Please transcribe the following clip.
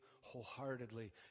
wholeheartedly